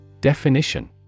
Definition